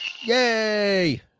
Yay